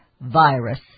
virus